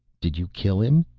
did you kill him?